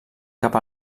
cap